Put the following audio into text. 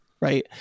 right